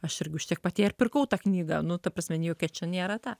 aš irgi už tiek pat ją ir pirkau tą knygą nu ta prasme nė jokia čia nėra ta